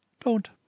Don't